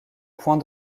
point